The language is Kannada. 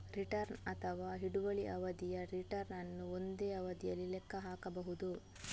ರಿಟರ್ನ್ ಅಥವಾ ಹಿಡುವಳಿ ಅವಧಿಯ ರಿಟರ್ನ್ ಅನ್ನು ಒಂದೇ ಅವಧಿಯಲ್ಲಿ ಲೆಕ್ಕ ಹಾಕಬಹುದು